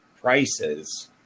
prices